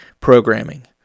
programming